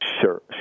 Sure